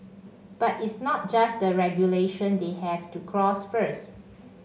but it's not just the regulation they have to cross first